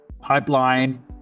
pipeline